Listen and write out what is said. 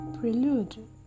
Prelude